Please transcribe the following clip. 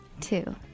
Two